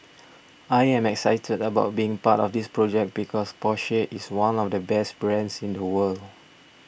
I am excited about being part of this project because Porsche is one of the best brands in the world